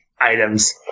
items